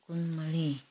ꯀꯨꯟꯃꯔꯤ